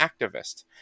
activist